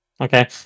Okay